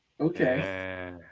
okay